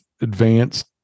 advanced